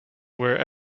where